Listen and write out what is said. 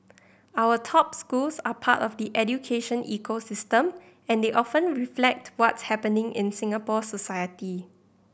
our top schools are part of the education ecosystem and they often reflect what's happening in Singapore society